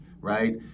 right